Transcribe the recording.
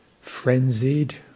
frenzied